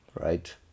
Right